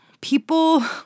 People